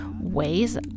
ways